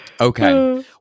Okay